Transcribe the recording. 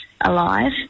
alive